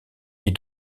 est